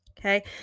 Okay